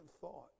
thought